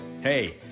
Hey